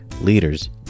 leaders